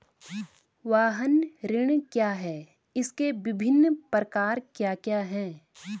वाहन ऋण क्या है इसके विभिन्न प्रकार क्या क्या हैं?